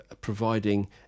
providing